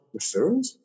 referrals